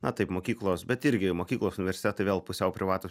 na taip mokyklos bet irgi mokyklos universitetai vėl pusiau privatūs